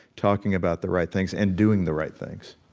talking about the right things and doing the right things